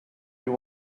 you